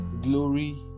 Glory